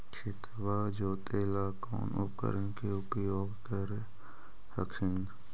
खेतबा जोते ला कौन उपकरण के उपयोग कर हखिन?